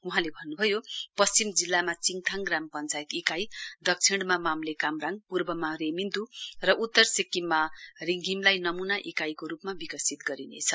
वहाँले भन्नुभयो पश्चिम जिल्लामा चिङथाङ ग्राम पञ्चायत इकाइ दक्षिणमा मामले कामराङ पूर्वमा रेमिन्द् र उत्तर सिक्किममा रिधिंमलाई नमूना इकाइको रूपमा विकसित गरिनेछ